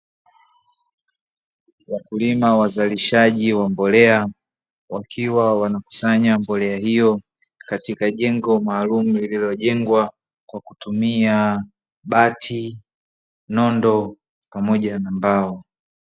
Wakulima wazalishaji wa mbolea, wakiwa wanakusanya mbolea hiyo, katika jengo maalumu lililojengwa kwa kutumia; bati, nondo pamoja na mbao.